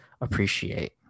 appreciate